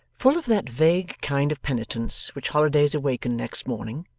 full of that vague kind of penitence which holidays awaken next morning,